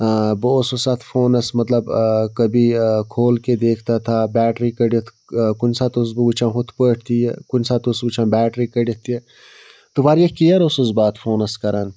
آ بہٕ اوسُس اَتھ فونَس مطلب کھبی کھول کہِ دیکھتا تھا بیٹری کٔڈِتھ کُنہِ ساتہٕ اوسُس بہٕ وُچھان ہُتھٕ پٲٹھۍ تہِ یہِ کُنہِ ساتہٕ اوسُس وُچھان بیٹری کٔڈِتھ تہِ تہٕ واریاہ کِیَر اوسُس بہٕ اَتھ فونَس کَران